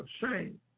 shame